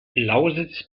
lausitz